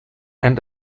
and